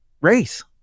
race